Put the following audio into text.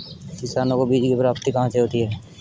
किसानों को बीज की प्राप्ति कहाँ से होती है?